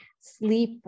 sleep